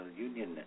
union